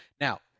Now